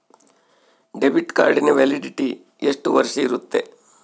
Debit ಕಾರ್ಡಿನ validity ಎಷ್ಟು ವರ್ಷ ಇರುತ್ತೆ?